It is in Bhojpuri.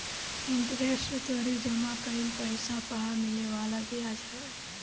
इंटरेस्ट तोहरी जमा कईल पईसा पअ मिले वाला बियाज हवे